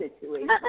situation